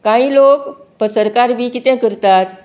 कांय लोक पसरकार बी कितें करतात